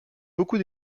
beaucoup